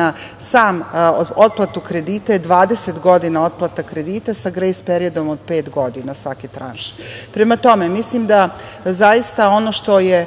na samu otplatu kredita je 20 godina otplata kredita sa grejs periodom od pet godina svake tranše. Prema tome, mislim da zaista ono što je